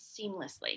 seamlessly